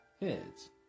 Heads